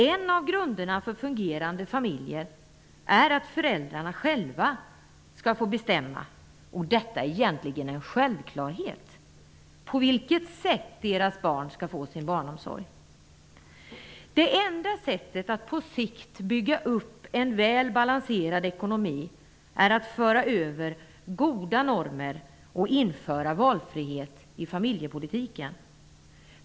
En av grunderna för fungerande familjer är att föräldrarna själva skall få bestämma -- detta är egentligen en självklarhet -- på vilket sätt deras barn skall få sin omsorg. Det enda sättet att på sikt bygga upp en väl balanserad ekonomi är att föra över goda normer och införa valfrihet i familjepolitiken.